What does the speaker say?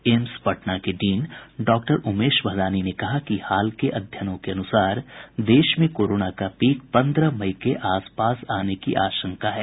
AIIMS Patna के dean doctor Umesh Bhadani ने कहा कि हाल के अध्ययनों के अनुसार देश में कोरोना का पीक पन्द्रह मई के आसपास आने की आशंका है